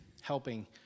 helping